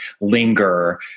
linger